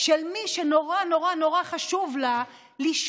של מי שממש נורא נורא נורא חשוב לה לשמור